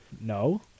No